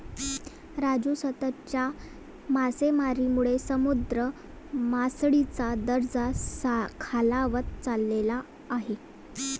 राजू, सततच्या मासेमारीमुळे समुद्र मासळीचा दर्जा खालावत चालला आहे